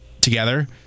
together